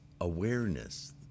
awareness